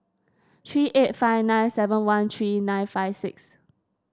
three eight five nine seven one three nine five six